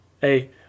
Hey